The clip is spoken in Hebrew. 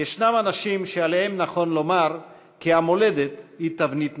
יש אנשים שעליהם נכון לומר כי המולדת היא תבנית נופם,